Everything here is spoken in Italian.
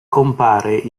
compare